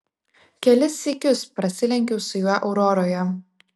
kelis sykius prasilenkiau su juo auroroje